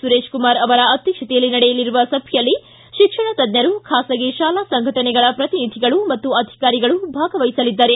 ಸುರೇಶ್ಕುಮಾರ್ ಅಧ್ಯಕ್ಷತೆಯಲ್ಲಿ ನಡೆಯಲಿರುವ ಸಭೆಯಲ್ಲಿ ಶಿಕ್ಷಣ ತಜ್ಞರು ಖಾಸಗಿ ಶಾಲಾ ಸಂಘಟನೆಗಳ ಪ್ರತಿನಿಧಿಗಳು ಹಾಗೂ ಅಧಿಕಾರಿಗಳು ಭಾಗವಹಿಸಲಿದ್ದಾರೆ